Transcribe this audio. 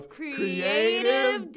CREATIVE